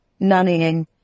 nannying